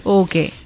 okay